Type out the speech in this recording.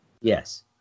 Yes